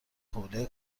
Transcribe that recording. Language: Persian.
حوله